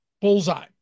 bullseye